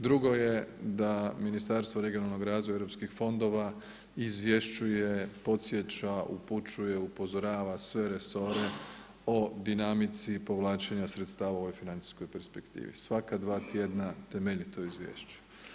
Drugo je da Ministarstvo regionalnog razvoja i europskih fondova izvješćuje, podsjeća, upućuje, upozorava sve resore o dinamici povlačenja sredstava u ovoj financijskoj perspektivi, svaka dva tjedna, temeljito izvješćuje.